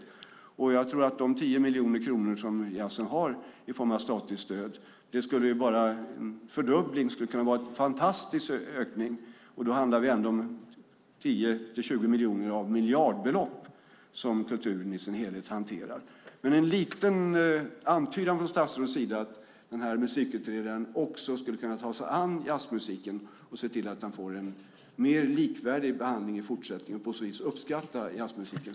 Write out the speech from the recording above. Jag tror att en fördubbling av de 10 miljoner kronor som jazzen har i form av statligt stöd skulle vara en fantastisk ökning. Då handlar det ändå bara om 10-20 miljoner av det miljardbelopp som kulturen i sin helhet hanterar. En antydan från statsrådet om att den här musikutredaren också skulle kunna ta sig an jazzmusiken och se till att den får en mer likvärdig behandling i fortsättningen skulle visa att man uppskattar jazzmusiken.